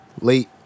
late